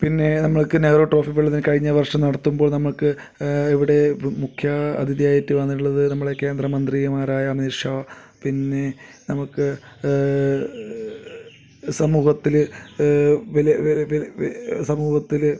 പിന്നെ നമുക്ക് നെഹ്റു ട്രോഫി പോലെത്തന്നെ കഴിഞ്ഞ വർഷം നടത്തുമ്പോൾ നമുക്ക് ഇവിടെ മുഖ്യ അതിഥി ആയിട്ട് വന്നിട്ടുള്ളത് നമ്മളെ കേന്ദ്ര മന്ത്രിമാരായ അമിത്ഷാ പിന്നെ നമുക്ക് സമൂഹത്തിൽ വലിയ സമൂഹത്തിൽ